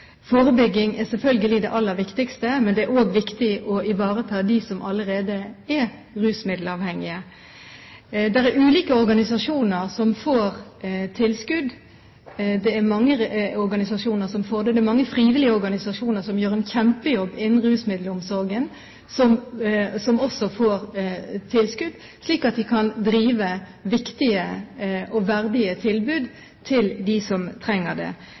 Forebygging er selvfølgelig det aller viktigste, men det er òg viktig å ivareta dem som allerede er rusmiddelavhengige. Det er ulike organisasjoner som får tilskudd. Det er mange organisasjoner som får det. Det er mange frivillige organisasjoner som gjør en kjempejobb innen rusmiddelomsorgen, som også får tilskudd, slik at de kan drive viktige og verdige tilbud for dem som trenger det.